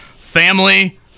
family